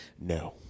no